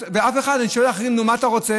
ואף אחד, אני שואל אחרים: נו, מה אתה רוצה?